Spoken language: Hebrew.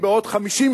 אם בעוד חמש שנים,